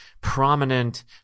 prominent